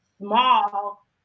small